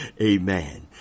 Amen